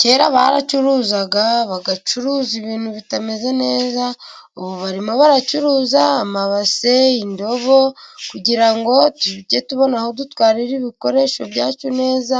Kera baracuruzaga bagacuruza ibintu bitameze neza. Ubu barimo baracuruza amabase, indobo kugira ngo tujye tubona aho dutwara ibikoresho byacu neza.